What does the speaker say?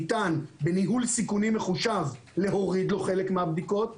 בניהול סיכונים מחושב ניתן להוריד לו חלק מהבדיקות,